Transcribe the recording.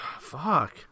Fuck